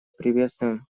приветствуем